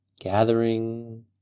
Gathering